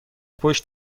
پشت